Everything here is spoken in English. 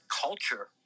culture